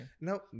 Now